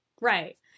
Right